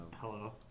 Hello